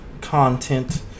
content